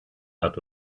out